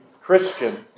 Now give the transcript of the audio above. Christian